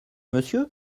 monsieur